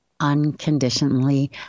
unconditionally